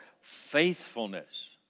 faithfulness